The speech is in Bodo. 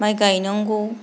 माइ गायनांगौ